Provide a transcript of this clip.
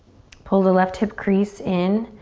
pull the left hip crease in.